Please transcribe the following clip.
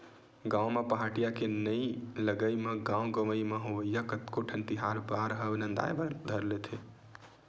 गाँव म पहाटिया के नइ लगई म गाँव गंवई म होवइया कतको ठन तिहार बार ह नंदाय बर धर लेथे